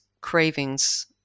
cravings